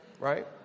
right